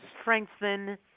strengthen